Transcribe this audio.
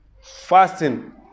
Fasting